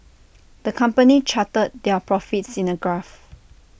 the company charted their profits in A graph